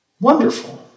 Wonderful